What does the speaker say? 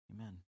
amen